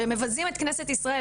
שמבזים את כנסת ישראל,